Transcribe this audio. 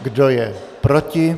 Kdo je proti?